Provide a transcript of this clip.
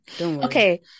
Okay